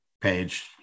page